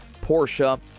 Porsche